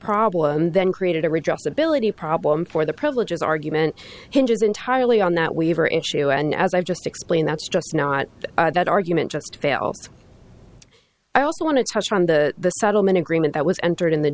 problem then created a regional stability problem for the privileges argument hinges entirely on that waiver issue and as i've just explained that's just not that argument just fails i also want to touch on the settlement agreement that was entered in the